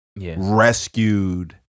rescued